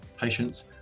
patients